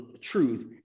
truth